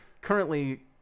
currently